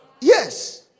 Yes